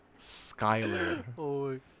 Skyler